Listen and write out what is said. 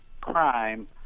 crime